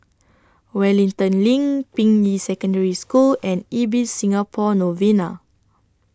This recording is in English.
Wellington LINK Ping Yi Secondary School and Ibis Singapore Novena